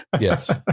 Yes